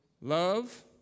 love